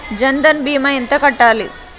జన్ధన్ భీమా ఎంత కట్టాలి?